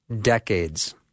decades